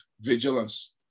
vigilance